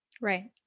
Right